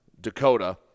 Dakota